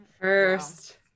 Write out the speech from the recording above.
first